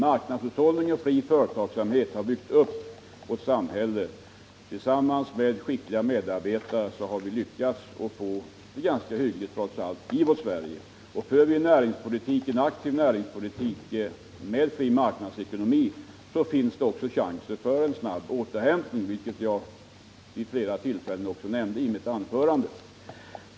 Marknadshushållning och fri företagsamhet har byggt upp vårt samhälle. Tillsammans har vi trots allt lyckats få det ganska hyggligt i vårt Sverige. Om vi för en aktiv näringspolitik med fri marknadsekonomi finns det också chanser till en snabb återhämtning, vilket jag vid flera tillfällen också nämnde i mitt huvudanförande.